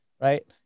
right